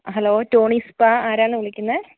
hello Tony's spa ആരാണ് വിളിക്കുന്നത്